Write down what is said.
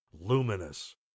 luminous